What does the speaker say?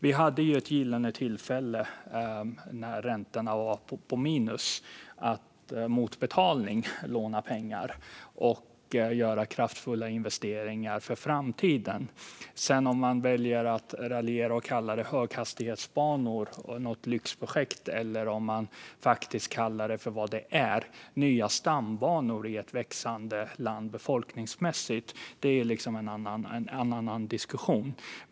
Vi hade ett gyllene tillfälle när räntorna var på minus att mot betalning låna pengar och göra kraftfulla investeringar för framtiden. Om man sedan väljer att raljera och kalla det höghastighetsbanor och lyxprojekt eller om man kallar det för vad det faktiskt är, nämligen nya stambanor i ett land med växande befolkning, är en annan diskussion.